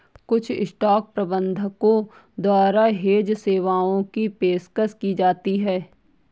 कुछ स्टॉक प्रबंधकों द्वारा हेज सेवाओं की पेशकश की जाती हैं